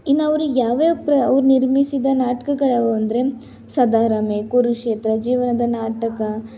ಇನ್ನು ಅವ್ರು ಯಾವ ಯಾವ ನಿರ್ಮಿಸಿದ ನಾಟ್ಕಗಳು ಯಾವು ಅಂದರೆ ಸದಾರಮೆ ಕುರುಕ್ಷೇತ್ರ ಜೀವನದ ನಾಟಕ